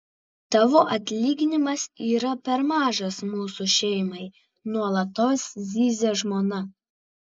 tavo atlyginimas yra per mažas mūsų šeimai nuolatos zyzia žmona